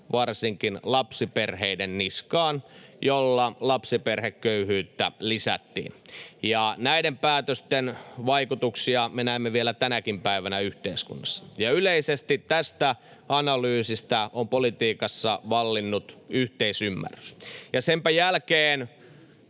varsinkin lapsiperheiden niskaan, millä lapsiperheköyhyyttä lisättiin. Näiden päätösten vaikutuksia me näemme vielä tänäkin päivänä yhteiskunnassa, ja yleisesti tästä analyysista on politiikassa vallinnut yhteisymmärrys. Senpä jälkeen